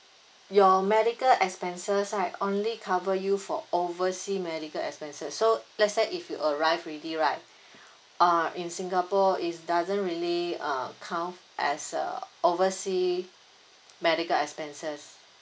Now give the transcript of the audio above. your medical expenses right only cover you for oversea medical expenses so let's say if you arrive already right uh in singapore it's doesn't really uh count as a overseas medical expenses